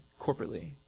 corporately